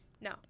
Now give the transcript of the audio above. no